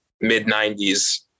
mid-90s